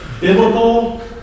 biblical